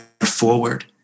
forward